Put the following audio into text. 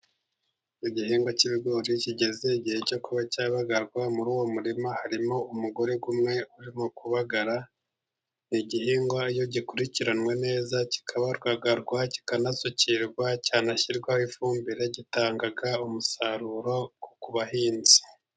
Igihingwa cy'ibigori kigeze igihe cyo kuba cyabagarwa, muri uwo murima harimo umugore umwe urimo kubagara. Igihingwa iyo gikurikiranwe neza kikabagarwa, kikanasukirwa ,cyanashyirwaho ifumbire gitanga umusaruro ku bahinzi.